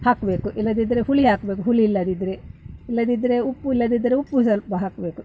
ಹಾಕಬೇಕು ಇಲ್ಲದಿದ್ದರೆ ಹುಳಿ ಹಾಕಬೇಕು ಹುಳಿ ಇಲ್ಲದಿದ್ದರೆ ಇಲ್ಲದಿದ್ದರೆ ಉಪ್ಪು ಇಲ್ಲದಿದ್ದರೆ ಉಪ್ಪು ಸ್ವಲ್ಪ ಹಾಕಬೇಕು